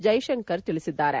ಜೈಶಂಕರ್ ತಿಳಿಸಿದ್ದಾರೆ